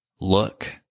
Look